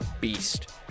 beast